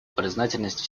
признательность